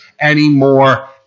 anymore